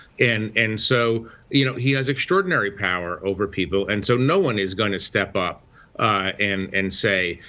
and and so you know he has extraordinary power over people. and so no one is going to step up and and say,